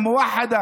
מאוחדת,